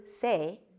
say